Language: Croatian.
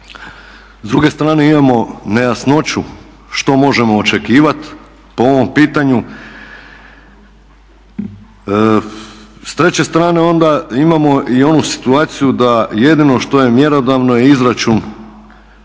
S druge strane imamo nejasnošću što možemo očekivat po ovom pitanju. S treće strane onda imamo i onu situaciju da jedino što je mjerodavno je izračun